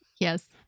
Yes